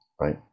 right